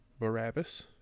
Barabbas